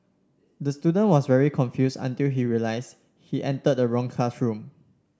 the student was very confused until he realised he entered the wrong classroom